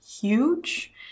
huge